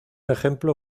ejemplo